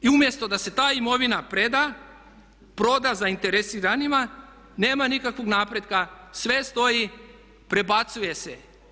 I umjesto da se ta imovina preda, proda zainteresiranima nema nikakvog napretka, sve stoji, prebacuje se.